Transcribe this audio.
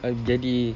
uh jadi